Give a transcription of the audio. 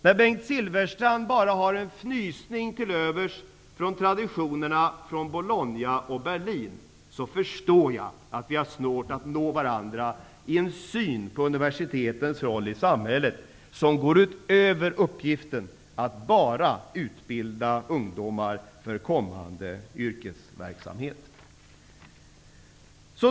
När Bengt Silfverstrand bara har en fnysning till övers för traditionerna från Bologna och Berlin, förstår jag att vi har svårt att nå varandra i en syn på universitetens roll i samhället; en roll som går utöver uppgiften att utbilda ungdomar för kommande yrkesverksamhet.